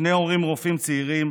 שני הורים רופאים צעירים,